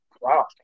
Wow